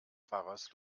pfarrers